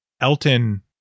Elton